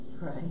Right